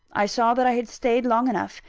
i saw that i had stayed long enough,